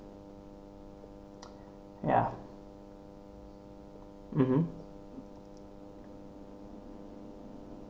ya mmhmm